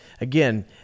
Again